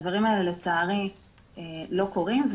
הדברים האלה לצערי לא קורים.